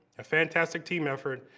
a fantastic team effort,